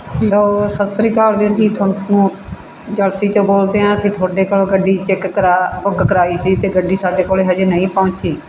hello ਸਤਿ ਸ਼੍ਰੀ ਅਕਾਲ ਵੀਰ ਜੀ ਏਜੰਸੀ 'ਚੋਂ ਬੋਲਦੇ ਆ ਅਸੀਂ ਤੁਹਾਡੇ ਕੋਲ ਗੱਡੀ ਚੈੱਕ ਕਰਾ ਬੁੱਕ ਕਰਵਾਈ ਸੀ ਅਤੇ ਗੱਡੀ ਸਾਡੇ ਕੋਲ ਹਜੇ ਨਹੀਂ ਪਹੁੰਚੀ